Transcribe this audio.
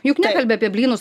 juk nekalbi apie blynus